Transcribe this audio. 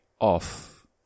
off